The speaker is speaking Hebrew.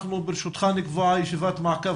אנחנו, ברשותך, נקבע ישיבת מעקב.